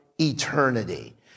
eternity